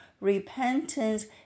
repentance